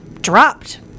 dropped